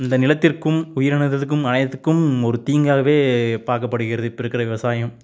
இந்த நிலத்திற்கும் உயிரினத்திற்கும் அனைத்துக்கும் ஒரு தீங்காகவே பார்க்கபடுகிறது இப்போ இருக்கிற விவசாயம்